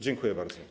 Dziękuję bardzo.